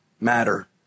matter